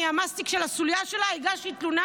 המסטיק של הסוליה שלה הגשתי תלונה.